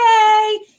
Yay